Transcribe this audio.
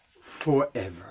forever